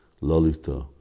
Lolita